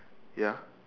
ya